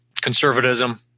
conservatism